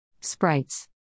Sprites